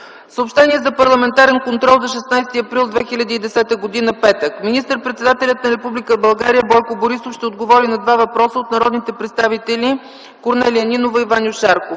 Съобщения за парламентарен контрол за 16 април 2010 г., петък. Министър-председателят на Република България Бойко Борисов ще отговаря на два въпроса от народните представители Корнелия Нинова и Ваньо Шарков.